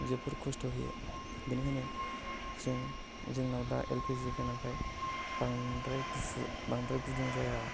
जोबोर खस्थ' होयो बेनिखायनो जों जोंनाव दा एल पि जि गोनांखाय बांद्राय गुसु बांद्राय गुदुं जाया